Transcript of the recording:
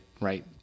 right